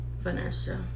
Vanessa